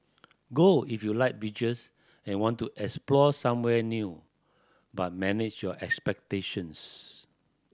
go if you like beaches and want to explore somewhere new but manage your expectations